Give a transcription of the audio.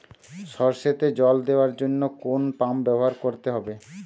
সরষেতে জল দেওয়ার জন্য কোন পাম্প ব্যবহার করতে হবে?